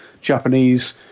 Japanese